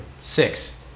Six